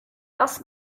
das